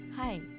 Hi